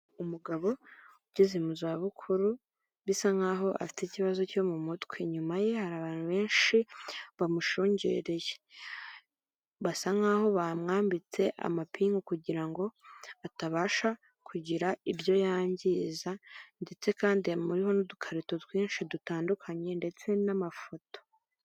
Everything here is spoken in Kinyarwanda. Umugabo ugeze mu za bukuru, bisa nk'aho afite ikibazo cyo mu mutwe . Nyuma ye hari abantu benshi bamushungereye. Basa nk'aho bamwambitse amapingu kugirango atabasha kugira ibyo yangiza ndetse kandi hamuriho n'udukarito twinshi dutandukanye ndetse n'amafoto.